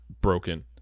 broken